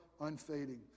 unfading